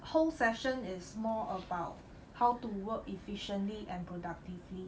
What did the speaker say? whole session is more about how to work efficiently and productively